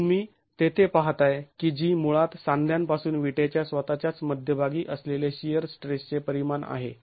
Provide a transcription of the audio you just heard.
ते तुम्ही तेथे पाहताय की जी मुळात सांध्यांपासून विटेच्या स्वतःच्याच मध्यभागी असलेले शिअर स्ट्रेसचे परिमाण आहे